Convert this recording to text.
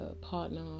partner